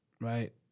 Right